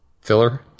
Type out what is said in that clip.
filler